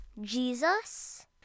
Jesus